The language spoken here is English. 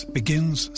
begins